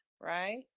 right